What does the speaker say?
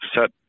set